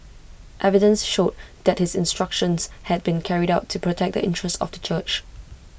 evidence showed that his instructions had been carried out to protect the interests of the church